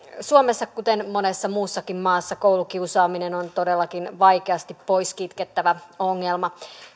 suomessa kuten monessa muussakin maassa koulukiusaaminen on todellakin vaikeasti pois kitkettävä ongelma